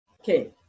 Okay